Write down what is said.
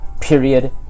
period